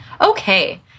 okay